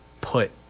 put